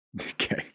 okay